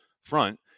front